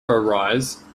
arise